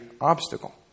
obstacle